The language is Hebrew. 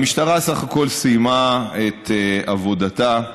המשטרה סך הכול סיימה את עבודתה,